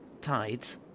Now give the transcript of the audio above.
tides